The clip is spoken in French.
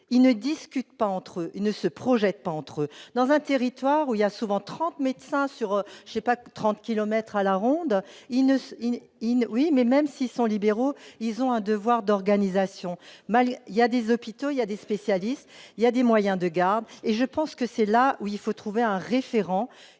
ils ne discutent pas entre eux, ils ne se projettent pas entrent dans un territoire où il y a souvent 30 médecins sur j'ai pas de 30 kilomètres à la ronde, il ne s'il n'est, il ne oui mais même s'ils sont libéraux, ils ont un devoir d'organisation Mali il y a des hôpitaux, il y a des spécialistes, il y a des moyens de garde et je pense que c'est là où il faut trouver un référent